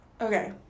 okay